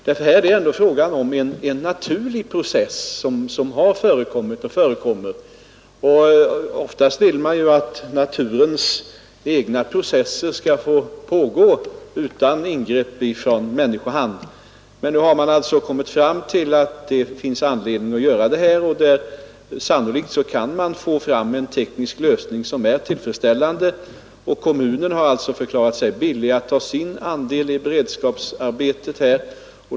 Här är det ändå fråga om en naturlig process som har förekommit och förekommer. Oftast vill man ju att naturens egna processer skall få pågå utan ingrepp från människohand, men nu har man alltså kommit fram till att det finns anledning att ingripa här och sannolikt kan man få fram en teknisk lösning som är tillfredsställande. Kommunen har alltså förklarat sig villig att bära sin andel av beredskapsarbetet.